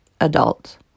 adult